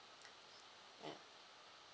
ya